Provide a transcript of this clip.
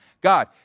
God